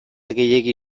gehiegi